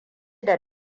da